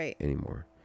anymore